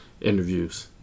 interviews